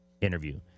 interview